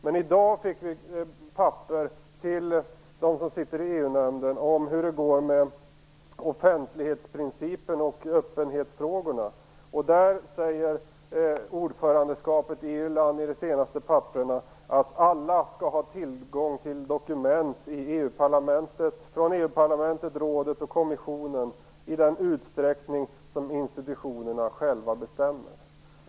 Men i dag fick vi som sitter i EU-nämnden papper om hur det går med offentlighetsprincipen och öppenhetsfrågorna. I de senaste texterna säger ordförandelandet Irland att alla skall ha tillgång till dokument från EU-parlamentet, rådet och kommissionen i den utsträckning som dessa institutioner själva bestämmer.